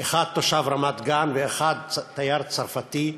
אחד תושב רמת-גן ואחד תייר צרפתי,